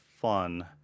fun